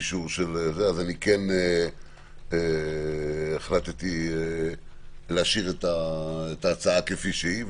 אז אני כן החלטתי להשאיר את ההצעה כפי שהיא,